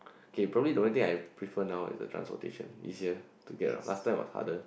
okay probably the main thing I prefer now is a transportation this year to get of last time was harder